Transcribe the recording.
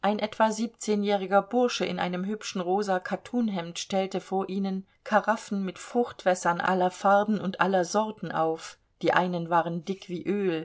ein etwa siebzehnjähriger bursche in einem hübschen rosa kattunhemd stellte vor ihnen karaffen mit fruchtwässern aller farben und aller sorten auf die einen waren dick wie öl